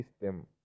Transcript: system